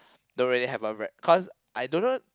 don't really have a re~ cause I don't know